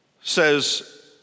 says